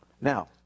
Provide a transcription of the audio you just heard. Now